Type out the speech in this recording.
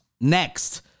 Next